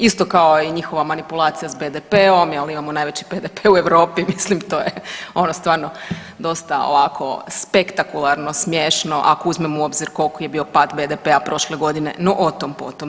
Isto kao i njihova manipulacija s BDP-om jel imamo najveći BDP u Europi mislim to je ono stvarno dosta ovako spektakularno smiješno ako uzmemo u obzir koliki je bio pad BDP-a prošle godine, no o tom potom.